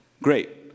Great